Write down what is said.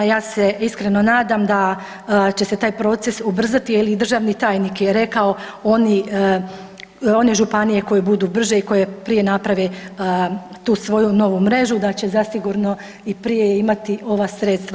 Ja se iskreno nadam da će se taj proces ubrzati, jer i državni tajnik je rekao one županije koje budu brže i koje prije naprave tu svoju novu mrežu da će zasigurno i prije imati ova sredstva.